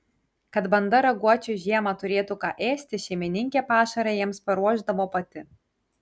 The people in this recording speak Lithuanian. kad banda raguočių žiemą turėtų ką ėsti šeimininkė pašarą jiems paruošdavo pati